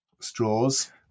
straws